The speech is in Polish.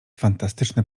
fantastyczne